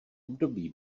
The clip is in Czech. období